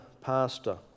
pastor